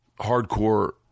hardcore